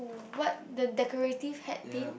what the decorative hat pin